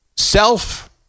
Self